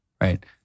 right